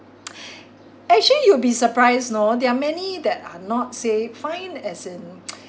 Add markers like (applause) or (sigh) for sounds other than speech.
(noise) actually you'll be surprised know there are many that are not say fine as in (noise)